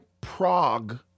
Prague